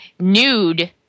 nude